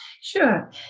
Sure